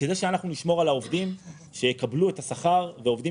כדי שאנחנו נשמור על העובדים שיקבלו את השכר ועובדים